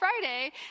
Friday